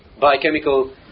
biochemical